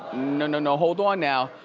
no, no, no, hold on now,